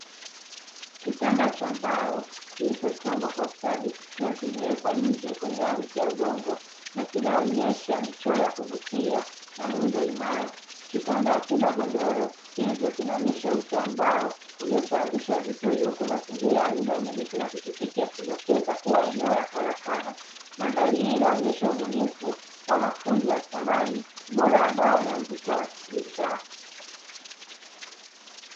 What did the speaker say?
Kitanda cha mbao kilichochongwa kwa ustadi, kikiwa kimewekwa nje kwenye ardhi ya udongo na kinaonyesha michoro ya kuvutia na muundo imara. Kitanda hakina godoro hivyo kinaonyesha uso wa mbao uliosawazishwa vizuri, huku mazingira ya nyumba yenye miti na pikipiki ya kidokeza kuwa eneo la karakana. Madhari hii inaonyesha ubunifu wa mafundi wa samani ubora wa mbao na mvuto wa kibidhaa.